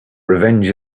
revenge